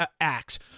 acts